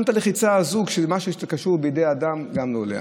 גם הלחיצה הזאת, מה שקשור בידי אדם, לא קורה.